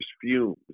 fumes